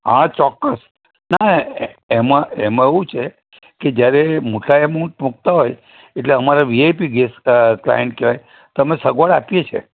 હાં ચોક્કસ ના એમાં એમાં એવું છે કે જ્યારે મોટા એમાઉન્ટ મૂકતાં હોય એટલે અમારે વીઆઈપી ગેસ્ટ ક્લાઈન્ટ કહેવાય તો અમે સગવડ આપીએ છીએ